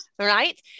right